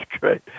great